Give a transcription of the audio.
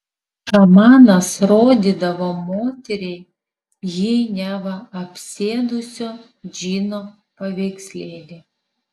šamanas rodydavo moteriai jį neva apsėdusio džino paveikslėlį